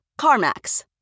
CarMax